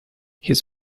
his